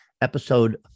episode